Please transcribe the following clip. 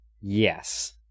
Yes